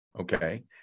Okay